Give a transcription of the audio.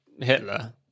Hitler